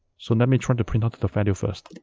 so let me try and to print out the value first